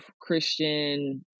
Christian